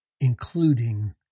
including